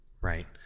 right